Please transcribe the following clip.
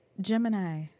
Gemini